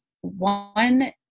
one